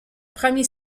premier